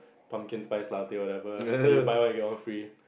pumpkin spice latte whatever then you buy one get one free